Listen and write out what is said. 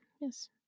yes